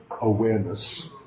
awareness